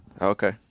okay